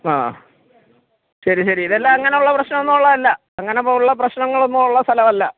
ആ ശരി ശരി ഇതെല്ലാം അങ്ങനെ ഉള്ള പ്രശ്നം ഒന്നും ഉള്ളത് അല്ല അങ്ങനെ ഇപ്പോൾ ഉള്ള പ്രശ്നങ്ങളൊന്നും ഉള്ള സ്ഥലമല്ല